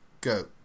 go